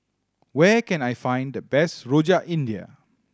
where can I find the best Rojak India